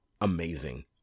amazing